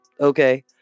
okay